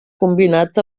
combinat